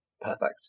perfect